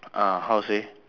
uh how to say